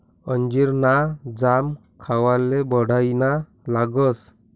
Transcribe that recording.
अंजीर ना जाम खावाले बढाईना लागस